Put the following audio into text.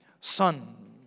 Son